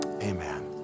amen